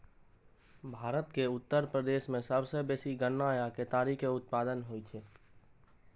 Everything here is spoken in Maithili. भारत के उत्तर प्रदेश मे सबसं बेसी गन्ना या केतारी के उत्पादन होइ छै